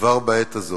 כבר בעת הזאת.